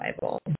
Bible